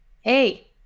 Hey